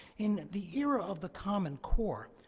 in the era of the common core,